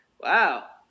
Wow